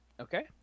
Okay